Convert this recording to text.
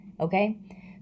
okay